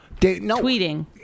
tweeting